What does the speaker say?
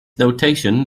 notation